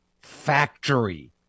factory